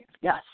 yes